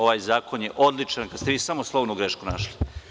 Ovaj zakon je odličan, kada ste vi samo slovnu grešku našli.